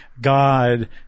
God